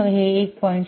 65 हे 1